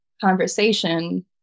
conversation